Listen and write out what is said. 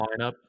lineup